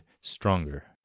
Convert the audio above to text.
stronger